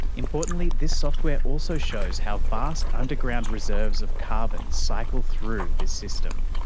importantly, this software also shows how vast underground reserves of carbon cycle through this system.